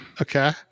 Okay